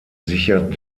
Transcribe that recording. sichert